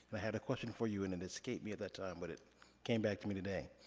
had a question for you, and it escaped me at that time, but it came back to me today.